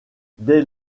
dès